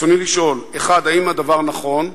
רצוני לשאול: 1. האם הדבר נכון?